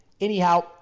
anyhow